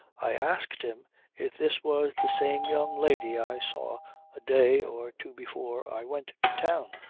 i asked him if this was the same young lady i saw a day or two before i went to town?